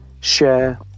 share